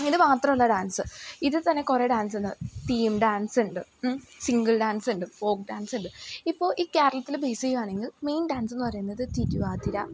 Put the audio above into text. ഇത് മാത്രമല്ല ഡാൻസ് ഇതുതന്നെ കുറേ ഡാൻസുണ്ട് തീം ഡാൻസുണ്ട് ഉം സിംഗിൾ ഡാൻസുണ്ട് ഫോക്ക് ഡാൻസുണ്ട് ഇപ്പോൾ ഈ കേരളത്തിൽ ബേസ് ചെയ്യുകയാണെങ്കിൽ മെയിൻ ഡാൻസെന്നു പറയുന്നത് തിരുവാതിര